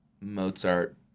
Mozart